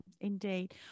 indeed